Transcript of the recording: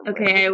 Okay